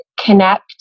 connect